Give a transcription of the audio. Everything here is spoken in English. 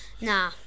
Nah